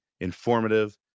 informative